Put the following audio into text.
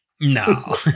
No